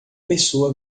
pessoa